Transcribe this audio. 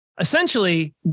Essentially